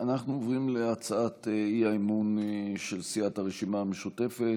אנחנו עוברים להצעת האי-אמון של סיעת הרשימה המשותפת,